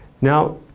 Now